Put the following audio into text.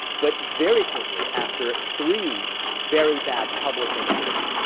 but very quickly after three very bad public incidents,